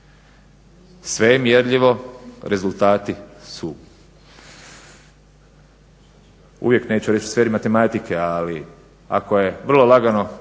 je mjerljivo, rezultati su uvijek neću reći u sferi matematike, ali je vrlo lagano